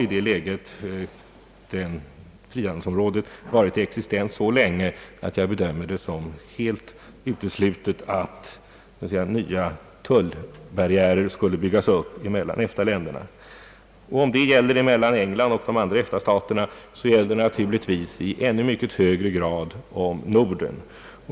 I det läget har frihandelsområdet varit i existens så länge att jag bedömer det som helt uteslutet att några nya tullbarriärer skulle byggas upp mellan EFTA-länderna. Och om detta gäller mellan England och de andra EFTA-staterna så gäller det naturligtvis i ännu mycket högre grad om Norden.